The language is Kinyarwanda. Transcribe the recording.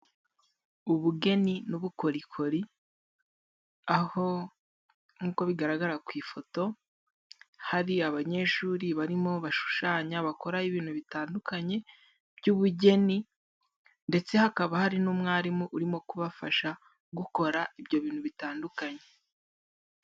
Ubugeni n'ubukorikori, aho nk'uko bigaragara ku ifoto hari abanyeshuri barimo bashushanya bakora ibintu bitandukanye by'ubugeni, ndetse hakaba hari n'umwarimu urimo kubafasha gukora ibyo bintu bitandukanye.